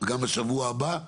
גם בשבוע הבא,